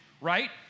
right